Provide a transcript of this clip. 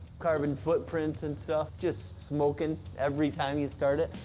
carbon footprints and stuff. just smoking every time you start it.